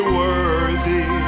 worthy